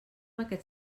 aquest